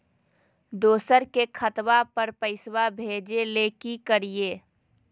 दोसर के खतवा पर पैसवा भेजे ले कि करिए?